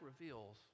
reveals